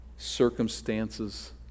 Circumstances